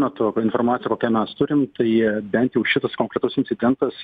metu informacija kokią mes turim tai bent jau šitas konkretus incidentas